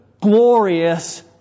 glorious